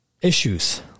issues